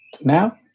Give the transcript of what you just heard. now